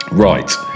Right